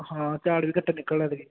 ਹਾਂ ਝਾੜ ਵੀ ਘੱਟੇ ਨਿਕਲਣਾ ਐਤਕੀ